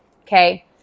Okay